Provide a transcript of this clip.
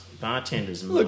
bartenders